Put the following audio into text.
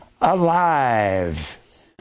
alive